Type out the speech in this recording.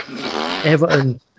Everton